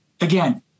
again